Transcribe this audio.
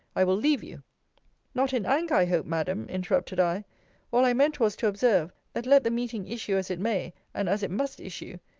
i will leave you not in anger, i hope, madam, interrupted i all i meant was, to observe, that let the meeting issue as it may, and as it must issue,